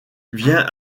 vient